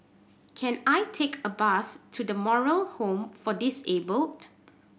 can I take a bus to The Moral Home for Disabled